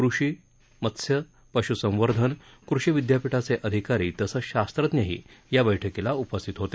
कृषी मत्स्य पश्संवर्धन कृषी विद्यापीठाचे अधिकारी तसंच शास्त्रज्ञही या बैठकीला उपस्थित होते